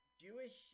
Jewish